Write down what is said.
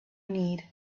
need